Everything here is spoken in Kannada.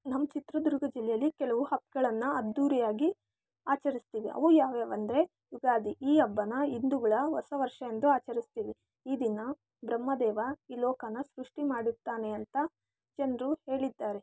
ನಮ್ಮ ಚಿತ್ರದುರ್ಗ ಜಿಲ್ಲೆಯಲ್ಲಿ ಕೆಲವು ಹಬ್ಬಗಳನ್ನ ಅದ್ದೂರಿಯಾಗಿ ಆಚರಿಸ್ತೀವಿ ಅವು ಯಾವ್ಯಾವು ಅಂದರೆ ಯುಗಾದಿ ಈ ಹಬ್ಬನ ಹಿಂದೂಗಳ ಹೊಸ ವರ್ಷ ಎಂದು ಆಚರಿಸ್ತೀವಿ ಈ ದಿನ ಬ್ರಹ್ಮ ದೇವ ಈ ಲೋಕನ ಸೃಷ್ಟಿ ಮಾಡಿರ್ತಾನೆ ಅಂತ ಜನರು ಹೇಳಿದ್ದಾರೆ